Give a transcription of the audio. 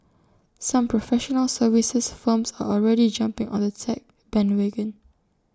some professional services firms are already jumping on the tech bandwagon